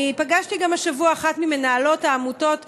אני גם פגשתי השבוע את אחת ממנהלות העמותות שנסגרו,